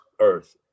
earth